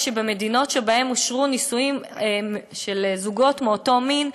שבמדינות שבהן אושרו נישואים של זוגות מאותו מין,